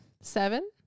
seven